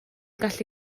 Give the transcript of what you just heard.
gallu